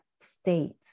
state